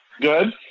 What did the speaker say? good